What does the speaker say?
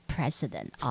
President